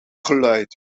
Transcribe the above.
geluid